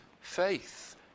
faith